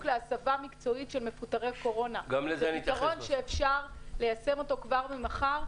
להסבה מקצועית של מפוטרי קורונה פתרון שניתן ליישמו כבר מחר.